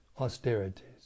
austerities